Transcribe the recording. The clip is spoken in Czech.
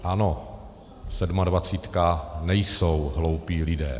Ano, sedmadvacítka nejsou hloupí lidé.